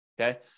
Okay